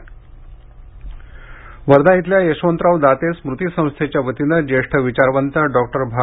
प्रस्कार वर्धा येथील यशवंतराव दाते स्मृती संस्थेच्यावतीने ज्येष्ठ विचारवंत डॉक्टर भा